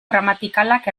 gramatikalak